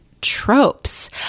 tropes